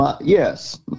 Yes